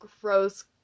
gross